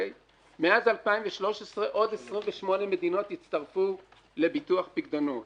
מאז 2013 עוד 28 מדינות הצטרפו לביטוח פיקדונות.